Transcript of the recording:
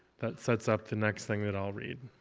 that sets up the next thing that i'll read.